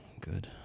good